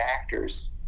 actors